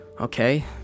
Okay